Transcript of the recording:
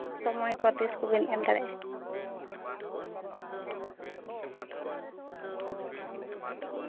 ᱥᱚᱢᱚᱭ ᱠᱚ ᱛᱤᱥ ᱵᱮᱱ ᱮᱢ ᱫᱟᱲᱮᱭᱟᱜᱼᱟ